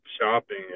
shopping